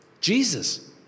Jesus